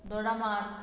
Dodamarg